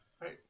Right